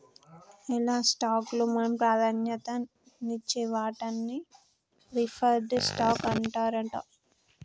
ఎలా స్టాక్ లో మనం ప్రాధాన్యత నిచ్చే వాటాన్ని ప్రిఫర్డ్ స్టాక్ అంటారట